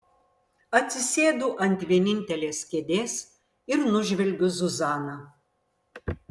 atsisėdu ant vienintelės kėdės ir nužvelgiu zuzaną